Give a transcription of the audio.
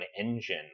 engine